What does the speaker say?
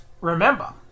remember